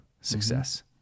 success